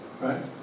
Right